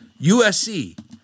USC